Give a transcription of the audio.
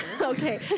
Okay